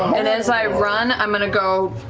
and as i run, i'm going to go,